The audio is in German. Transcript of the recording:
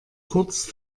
kurz